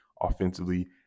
offensively